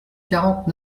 quarante